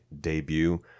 debut